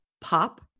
pop